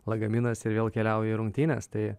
lagaminas ir vėl keliauji į rungtynes tai